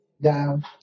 down